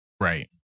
Right